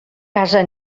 casa